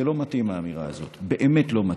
זה לא מתאים, האמירה הזאת, באמת לא מתאים.